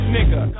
Nigga